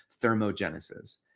thermogenesis